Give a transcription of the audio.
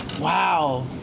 wow